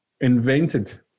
invented